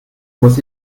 muss